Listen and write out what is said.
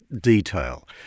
detail